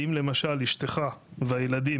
כי אם למשל אשתך והילדים,